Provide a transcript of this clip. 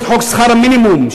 את חוק שכר המינימום.